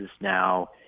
now